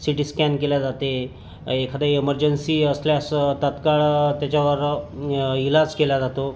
सि T scan केल्या जाते एखाद्या एमर्जन्सी असल्यास तात्काळ त्याच्यावर इलाज केला जातो